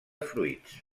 fruits